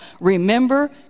remember